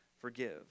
forgive